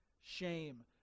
Shame